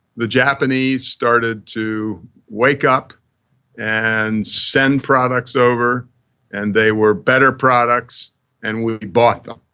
the japanese started to wake up and send products over and they were better products and we bought them.